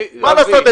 מה לעשות,